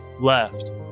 left